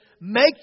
make